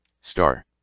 star